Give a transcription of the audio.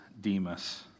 Demas